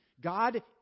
God